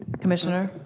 commissioner?